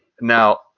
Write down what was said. Now